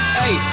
hey